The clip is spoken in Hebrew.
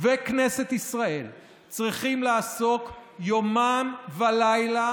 וכנסת ישראל צריכות לעסוק בו יומם ולילה